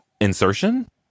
Insertion